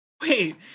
Wait